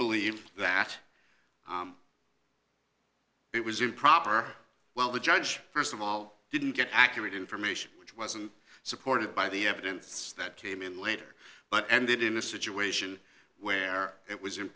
believe that it was improper well the judge st of all didn't get accurate information which wasn't supported by the evidence that came in later but ended in a situation where it was i